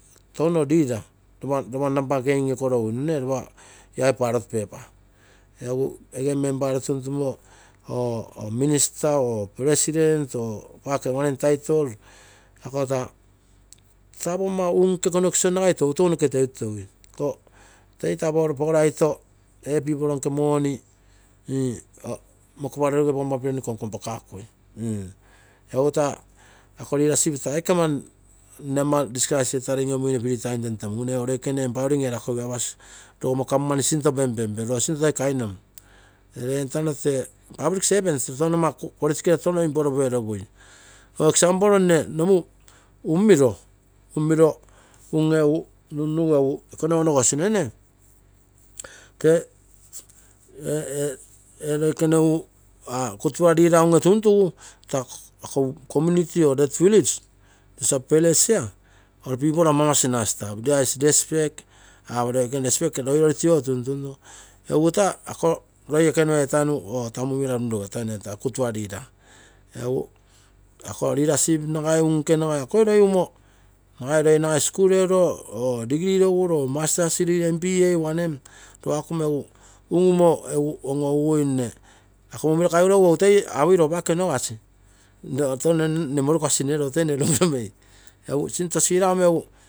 Lopa namba game ee koro uro lai ballot paper. Egu ege member ere tuntumo, president or prime minister or pake entitle, akogo taa taa posomma unke connection nagai tounoke toi teuteui ee pipol nke money mokoparei ere pogomma plan konknopakui. Egu taa ako leadership taa aike nne ama discus etarei lolomuine free time tentemugu eego loikene empowering erakogigui, apasi rogomma government sinto pempempe roo sinto toi kainom ree entano tee public servant police care tono ama improve erogigui eg: nne nomu umm miro, unge nunnugu iko nogu onogosine nne. Fee ee loikene gutpla leader unge tuntugu ako village ol pipol hamamas na stap. There is respect apo respect ogo tuntuntu egu petega ako lol ekenua or taa mumira etainu runrugeta gutpla leader. Egu ako leadership ako unke nagai akoi roi skul erugo or degree roguru or masters roga kumo egu um umo egu ako mumira kaigoru egu toi apui roopake onogasi roo nne morukasi roo toi nne rugiro mei egu sinto siraumo.